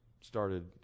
started